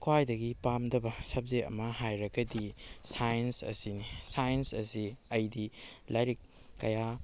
ꯈ꯭ꯋꯥꯏꯗꯒꯤ ꯄꯥꯝꯗꯕ ꯁꯕꯖꯦꯛ ꯑꯃ ꯍꯥꯏꯔꯒꯗꯤ ꯁꯥꯏꯟꯁ ꯑꯁꯤꯅꯤ ꯁꯥꯏꯟꯁ ꯑꯁꯤ ꯑꯩꯗꯤ ꯂꯥꯏꯔꯤꯛ ꯀꯌꯥ